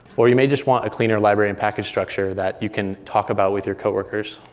or you may just want a cleaner library and package structure that you can talk about with your coworkers.